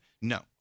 No